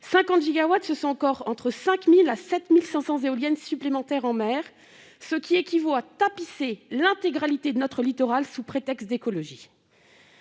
50 gigawatts, ce sont encore de 5 000 à 7 500 éoliennes supplémentaires en mer, ce qui équivaut à tapisser l'intégralité de notre littoral sous prétexte d'écologie.